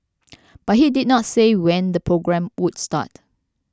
but he did not say when the programme would start